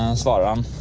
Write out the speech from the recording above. um svartholm